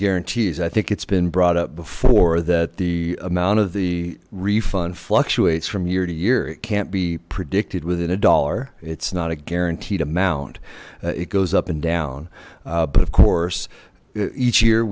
guarantees i think it's been brought up before that the amount of the refund fluctuates from year to year it can't be predicted within a dollar it's not a guaranteed amount it goes up and down but of course each year